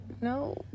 No